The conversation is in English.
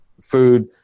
food